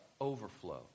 Overflow